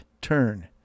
turn